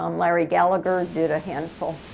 um larry gallagher, did a handful.